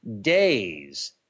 days